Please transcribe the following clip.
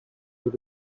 will